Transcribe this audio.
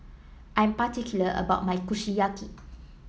I am particular about my Kushiyaki